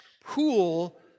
pool